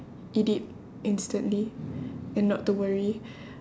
eat it instantly and not to worry